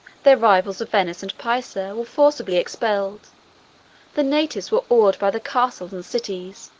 their rivals of venice and pisa were forcibly expelled the natives were awed by the castles and cities,